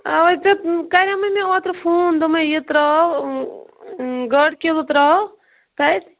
اوے ژےٚ کریماے مےٚ اوترٕ فون دپیٚوماے یہِ تراو گاڈٕ کِلوٗ تراو تَتہِ